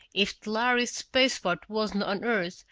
if the lhari spaceport wasn't on earth,